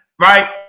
right